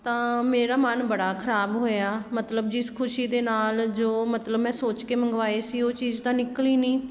ਤਾਂ ਮੇਰਾ ਮਨ ਬੜਾ ਖਰਾਬ ਹੋਇਆ ਮਤਲਬ ਜਿਸ ਖੁਸ਼ੀ ਦੇ ਨਾਲ ਜੋ ਮਤਲਬ ਮੈਂ ਸੋਚ ਕੇ ਮੰਗਵਾਏ ਸੀ ਉਹ ਚੀਜ਼ ਤਾਂ ਨਿਕਲੀ ਨਹੀਂ